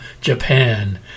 Japan